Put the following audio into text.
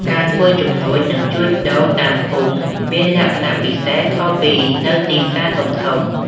ការធ្វើជំនួញនិងជួញដូរតាមភូមិមានលក្ខណៈពិសេសខុសពីនៅទីផ្សារធំៗ។